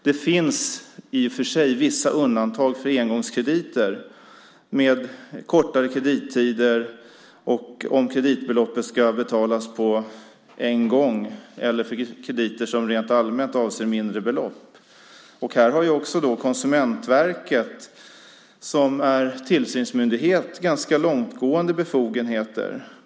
Det finns i och för sig vissa undantag för engångskrediter med kortare kredittider, om kreditbeloppet ska betalas på en gång eller vid krediter som rent allmänt avser mindre belopp. Här har också Konsumentverket, som är tillsynsmyndighet, ganska långtgående befogenheter.